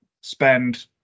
spend